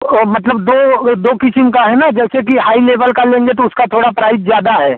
वह मतलब दो दो क़िस्म का है ना जैसे कि हाई लेवल का लेंगे तो उसका थोड़ा प्राइस ज़्यादा है